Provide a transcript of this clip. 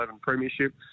premiership